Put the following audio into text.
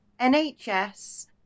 NHS